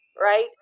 right